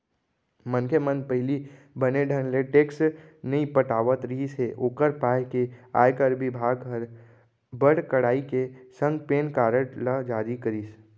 मनखे मन पहिली बने ढंग ले टेक्स नइ पटात रिहिस हे ओकर पाय के आयकर बिभाग हर बड़ कड़ाई के संग पेन कारड ल जारी करिस